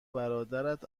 برادرت